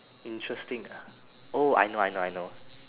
interesting oh I know I know I know